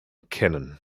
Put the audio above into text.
kennen